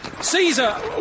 Caesar